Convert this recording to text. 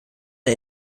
der